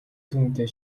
түүнтэй